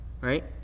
Right